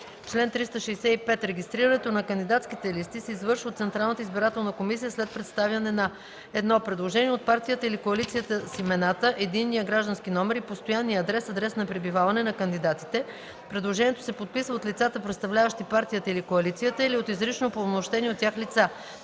Чл. 365. (1) Регистрирането на кандидатските листи се извършва от Централната избирателна комисия след представяне на: 1. предложение от партията или коалицията с имената, единния граждански номер и постоянния адрес (адрес на пребиваване) на кандидатите; предложението се подписва от лицата, представляващи партията или коалицията, или от изрично упълномощени от тях лица;